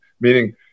meaning